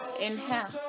inhale